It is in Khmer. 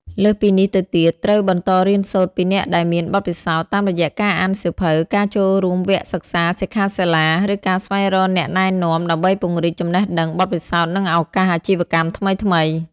លើសពីនេះទៅទៀត ត្រូវបន្តរៀនសូត្រពីអ្នកដែលមានបទពិសោធន៍ តាមរយៈការអានសៀវភៅ ការចូលរួមវគ្គសិក្សា សិក្ខាសាលា ឬការស្វែងរកអ្នកណែនាំ ដើម្បីពង្រីកចំណេះដឹង បទពិសោធន៍ និងឱកាសអាជីវកម្មថ្មីៗ។